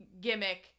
gimmick